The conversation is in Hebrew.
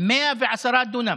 110 דונם.